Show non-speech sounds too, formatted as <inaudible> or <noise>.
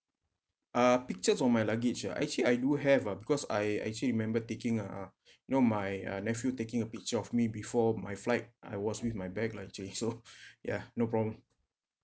uh pictures of my luggage uh actually I do have ah because I actually remember taking uh you know my uh nephew taking a picture of me before my flight I was with my bag lah actually so <breath> ya no problem